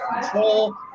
control